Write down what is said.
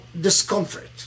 discomfort